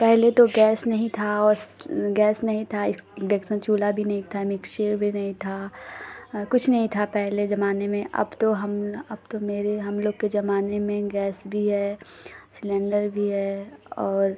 पहले तो गैस नहीं था और गैस नहीं था इण्डक्शन चूल्हा भी नहीं था मिक्सर भी नहीं था कुछ नहीं था पहले ज़माने में अब तो हम अब तो मेरे हम लोग के ज़माने में गैस भी है सिलेण्डर भी है और